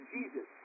Jesus